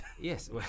Yes